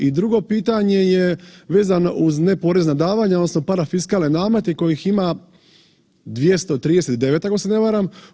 I drugo pitanje je vezano uz neporezna davanja, odnosno parafiskalne namete kojih ima 239, ako se ne varam.